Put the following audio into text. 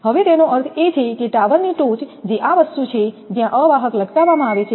હવે તેનો અર્થ એ છે કે ટાવરની ટોચ જે આ વસ્તુ છે જ્યાં અવાહક લટકાવવામાં આવે છે